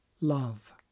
love